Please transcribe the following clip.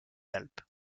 alpes